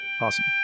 awesome